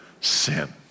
sin